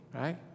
right